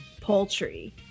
Poultry